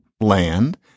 land